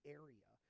area